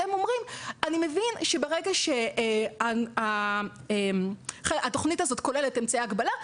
אתם אומרים שאתם מבינים שברגע שהתוכנית כוללת אמצעי הגבלה,